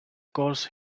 course